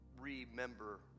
remember